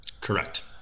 Correct